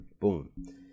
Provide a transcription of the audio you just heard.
boom